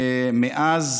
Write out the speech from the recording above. ומאז